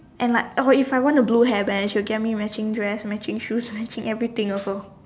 and like oh if I want a blue hairband she will get me matching dress matching shoes matching everything also